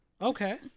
Okay